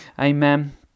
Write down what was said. Amen